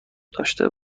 داشته